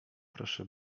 proszę